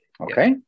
Okay